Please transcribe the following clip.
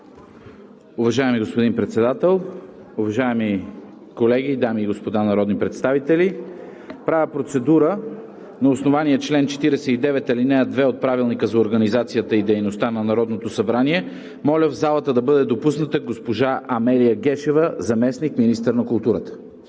Уважаеми господин Председател, уважаеми колеги, дами и господа народни представители! На основание чл. 49, ал. 2 от Правилника за организацията и дейността на Народното събрание правя процедура в залата да бъде допусната госпожа Амелия Гешева – заместник-министър на културата.